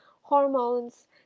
hormones